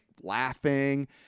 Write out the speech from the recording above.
laughing